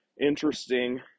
interesting